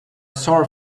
sore